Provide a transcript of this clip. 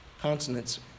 consonants